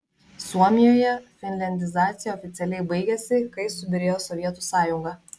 suomijoje finliandizacija oficialiai baigėsi kai subyrėjo sovietų sąjunga